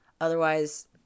Otherwise